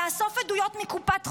לאסוף עדויות מקופת חולים,